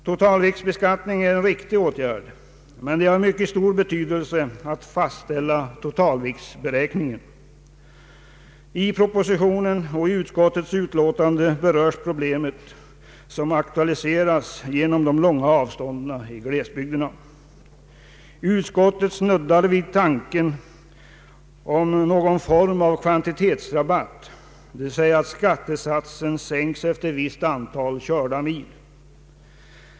Totalviktsbeskattningen är en riktig åtgärd, men det är av mycket stor betydelse att fastställa totalviktsberäkningen. I propositionen och i utskottets beänkande berörs detta problem, som aktualiseras genom de långa avstånden i glesbygderna. Utskottet snuddar vid tanken på någon form av kvantitetsrabatt, dvs. att skattesatsen sänks efter visst antal körda mil.